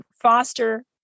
foster